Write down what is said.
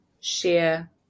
share –